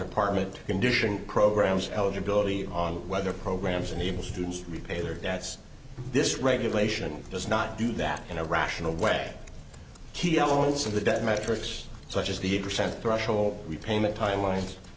department condition programs eligibility on whether programs and even students repay their debts this regulation does not do that in a rational way key elements of the debt metrics such as the eight percent threshold repayment timelines